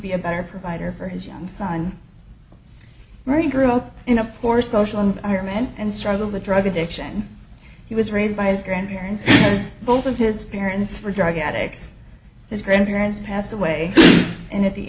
be a better provider for his young son murray grew up in a poor social environment and struggled with drug addiction he was raised by his grandparents as both of his parents for drug addicts his grandparents passed away and at the